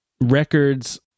records